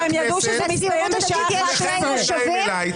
שכולכם עם העיניים אליי.